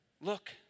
look